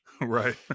Right